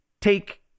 take